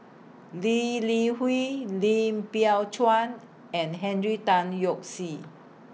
Lee Li Hui Lim Biow Chuan and Henry Tan Yoke See